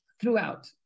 throughout